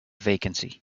vacancy